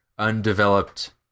Undeveloped